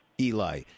Eli